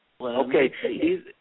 Okay